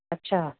अच्छा